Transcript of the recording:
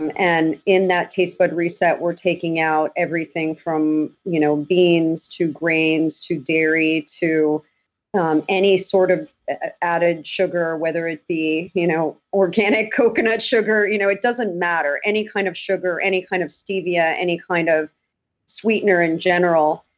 and and in that taste bud reset we're taking out everything from you know beans to grains to dairy to um any sort of added sugar, whether it be you know organic coconut sugar. you know it doesn't matter. any kind of sugar, any kind of stevia, any kind of sweetener in general.